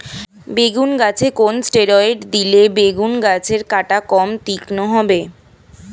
বেগুন গাছে কোন ষ্টেরয়েড দিলে বেগু গাছের কাঁটা কম তীক্ষ্ন হবে?